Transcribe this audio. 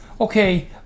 okay